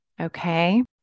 Okay